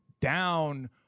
down